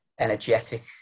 energetic